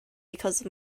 because